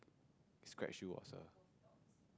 scratch you was a